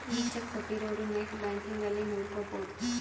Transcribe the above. ಈ ಚೆಕ್ ಕೋಟ್ಟಿರೊರು net banking ಅಲ್ಲಿ ನೋಡ್ಕೊಬೊದು